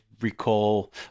recall